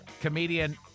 comedian